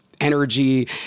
energy